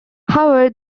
however